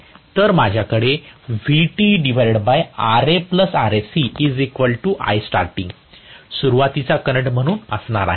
तर माझ्याकडे सुरुवातीचा करंट म्हणून असणार आहे